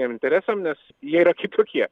interesams nes jie yra kitokie